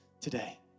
today